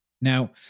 Now